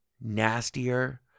nastier